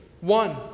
One